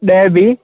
ॾह बी